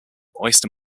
oyster